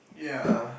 ya